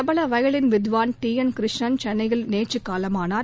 பிரபல வயலின் வித்வான் T N Krishnan சென்னையில் நேற்று காலமானார்